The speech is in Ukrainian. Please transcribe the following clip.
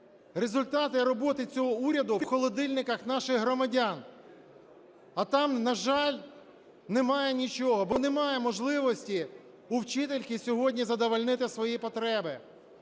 Результати роботи цього уряду – в холодильниках наших громадян, а там, на жаль, немає нічого. Бо немає можливості у вчительки сьогодні задовольнити свої потреби.